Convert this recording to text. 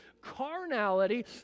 carnality